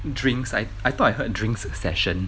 drinks I I thought I heard drinks session